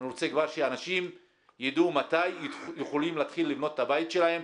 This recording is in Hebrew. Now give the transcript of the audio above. אני רוצה כבר שאנשים ידעו מתי יכולים להתחיל לבנות את הבית שלהם,